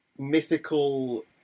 Mythical